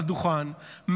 על הדוכן,